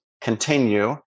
continue